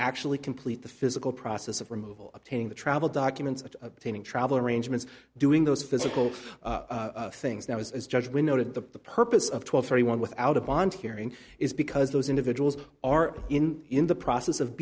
actually complete the physical process of removal obtaining the travel documents obtaining travel arrangements doing those physical things that was as judgement noted the purpose of twelve thirty one without a bond hearing is because those individuals are in in the process of